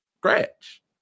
scratch